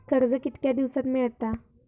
कर्ज कितक्या दिवसात मेळता?